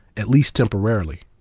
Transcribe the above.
at least temporarily.